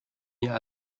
near